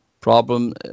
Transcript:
problem